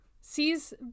sees